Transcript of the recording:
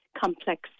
complex